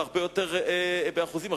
ובאחוזים,